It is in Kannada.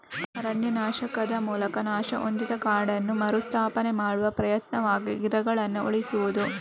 ಅರಣ್ಯನಾಶದ ಮೂಲಕ ನಾಶ ಹೊಂದಿದ ಕಾಡನ್ನು ಮರು ಸ್ಥಾಪನೆ ಮಾಡುವ ಪ್ರಯತ್ನವಾಗಿ ಗಿಡಗಳನ್ನ ಉಳಿಸುದು